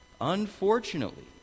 unfortunately